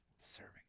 serving